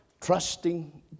trusting